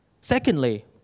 Secondly